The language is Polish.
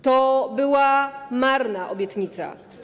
To była marna obietnica.